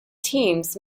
teams